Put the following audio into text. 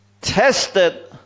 tested